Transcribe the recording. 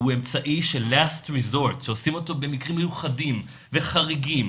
שהוא אמצעי שעושים אותו במקרים מיוחדים וחריגים